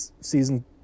season